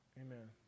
amen